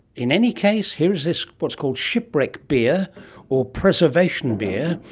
in any case, here is this what's called shipwreck beer or preservation beer,